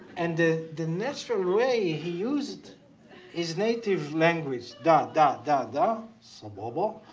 and the the natural way he used his native language da da da da, sababa